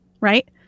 right